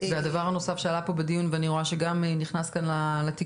זה הדבר הנוסף שעלה פה בדיון ואני רואה שגם נכנס כאן לתיקון,